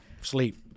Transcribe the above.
sleep